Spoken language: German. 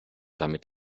damit